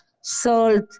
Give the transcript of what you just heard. salt